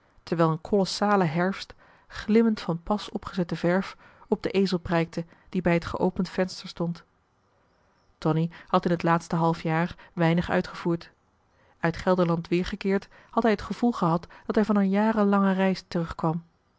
terwijl een kolossale herfst glimmend van pas opgezette verf op den ezel prijkte die bij het geopend venster stond tonie had in het laatste halfjaar weinig uitgevoerd uit gelderland weergekeerd had hij het gevoel gehad dat hij van een jarenlange reis terugkwam